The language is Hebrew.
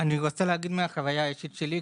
אני רוצה לספר על החוויה האישית שלי,